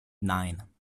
nine